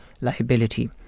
liability